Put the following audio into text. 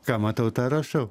ką matau tą rašau